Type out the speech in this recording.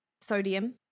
sodium